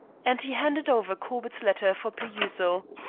and he handed over corbett's letter for perusal.